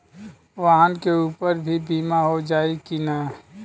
वाहन के ऊपर भी बीमा हो जाई की ना?